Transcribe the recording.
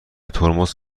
ترمز